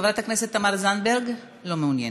חברת הכנסת תמר זנדברג, לא מעוניינת.